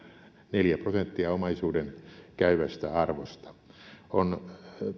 neljä prosenttia omaisuuden käyvästä arvosta on